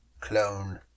clone